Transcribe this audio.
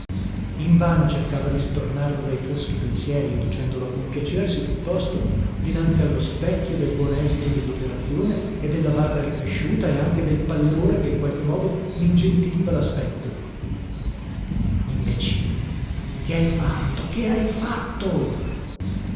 invano cercava di stornarlo dai foschi pensieri inducendolo a compiacersi piuttosto dinanzi allo specchio del buon esito delloperazione e della barba ricresciuta e anche del pallore che in qualche modo mingentiliva laspetto imbecille che hai fatto che hai fatto